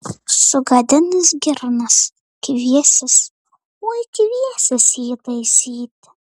sugadins girnas kviesis oi kviesis jį taisyti